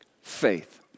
faith